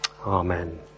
Amen